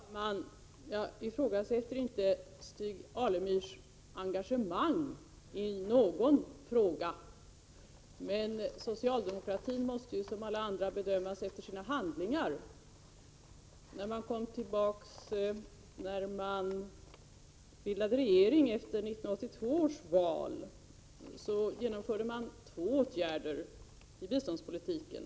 Herr talman! Jag ifrågasätter inte Stig Alemyrs engagemang i någon fråga, men socialdemokraterna måste ju som alla andra bedömas efter sina handlingar. När man kom tillbaka och bildade regering efter 1982 års val, så vidtog man två åtgärder i biståndspolitiken.